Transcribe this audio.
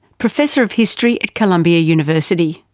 professor of history at columbia university.